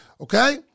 okay